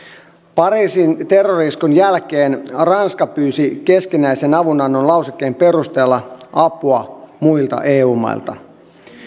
pariisin terrori iskun jälkeen ranska pyysi keskinäisen avunannon lausekkeen perusteella apua muilta eu mailta